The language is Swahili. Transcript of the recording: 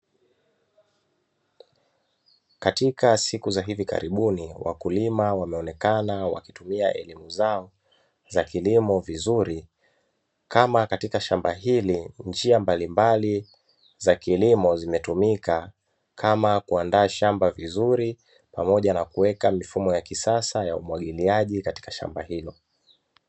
Katika siku za hivi karibuni wakulima wameonekana wakitumia elimu zao za kilimo vizuri kama katika shamba hili, njia mbalimbali za kilimo zimetumika kama kuandaa shamba vizuri pamoja na kuweka mifumo ya kisasa ya umwagiliaji katika shamba hilo.